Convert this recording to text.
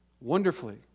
wonderfully